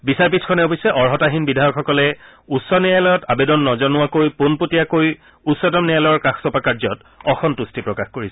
বিচাৰপীঠখনে অৱশ্যে অৰ্হতাহীন বিধায়কসকলে উচ্চ ন্যায়ালয়ত আবেদন নজনোৱাকৈ পোনপটীয়াকৈ উচ্চতম ন্যায়ালয়ৰ কাষ চপা কাৰ্যত অসন্তুষ্টি প্ৰকাশ কৰিছে